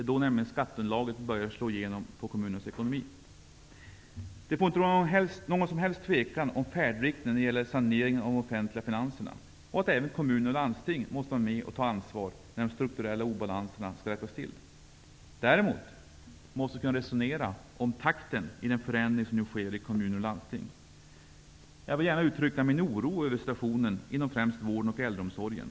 Det är nämligen då som skatteunderlaget börjar slå igenom på kommunernas ekonomi. Det får inte råda någon som helst tvekan om färdriktningen när det gäller saneringen av de offentliga finanserna och att även kommuner och landsting måste vara med och ta ansvar när de strukturella obalanserna skall rättas till. Däremot måste vi kunna resonera om takten i den förändring som nu sker i kommuner och landsting. Jag vill gärna uttrycka min oro över situationen inom främst vården och äldreomsorgen.